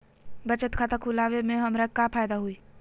बचत खाता खुला वे में हमरा का फायदा हुई?